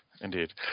Indeed